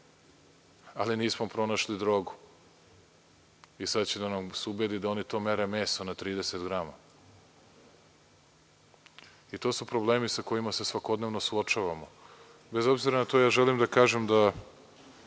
ali nismo pronašli drogu. Sada će da nas ubede da oni to mere meso na 30 grama. To su problemi sa kojima se svakodnevno suočavamo. Bez obzira na to, želim da kažem da